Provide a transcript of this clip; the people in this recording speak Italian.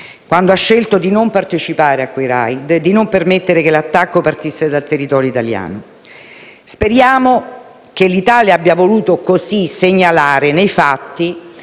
quando ha scelto di non partecipare a quei *raid*, di non permettere che l'attacco partisse dal territorio italiano. Speriamo che l'Italia abbia voluto così segnalare nei fatti